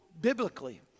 Biblically